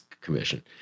Commission